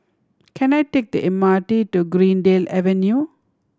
can I take the M R T to Greendale Avenue